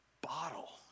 bottle